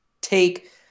take